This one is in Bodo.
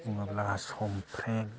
बुङोब्ला संफ्रें